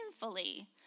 painfully